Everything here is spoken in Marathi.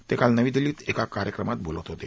ते काल नवी दिल्ली बें एका कार्यक्रमात बोलत होते